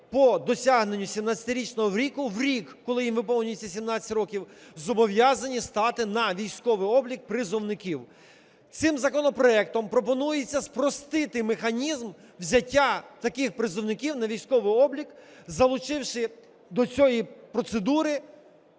по досягненню 17-річного віку в рік, коли їм виповнюється 17 років, зобов'язані стати на військовий облік призовників. Цим законопроектом пропонується спростити механізм взяття таких призовників на військовий облік, залучивши до цієї процедури